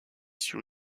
sur